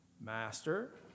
Master